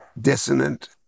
dissonant